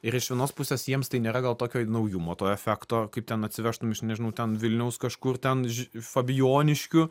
ir iš vienos pusės jiems tai nėra gal tokio naujumo to efekto kaip ten atsivežtum iš nežinau ten vilniaus kažkur ten fabijoniškių